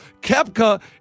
Kepka